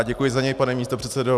Děkuji za něj, pane místopředsedo.